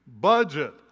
budget